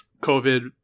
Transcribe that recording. COVID